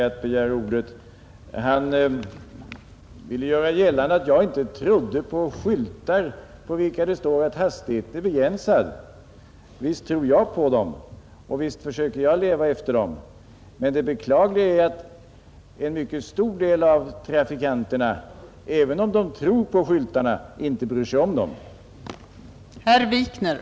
Fru talman! Herr Wikner ville göra gällande att jag inte trodde på skyltar på vilka det står att hastigheten är begränsad. Visst tror jag på dem, och jag försöker också leva efter dem, men det beklagliga är att en mycket stor del av trafikanterna inte bryr sig om dem även om de tror på dem.